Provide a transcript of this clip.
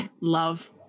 love